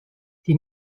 die